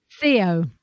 Theo